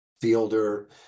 fielder